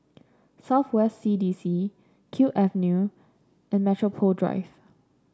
South West C D C Kew Avenue and Metropole Drive